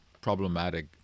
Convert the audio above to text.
problematic